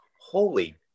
holy